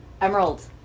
Emerald